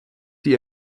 die